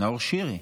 נאור שירי.